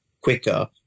quicker